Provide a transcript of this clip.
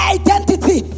identity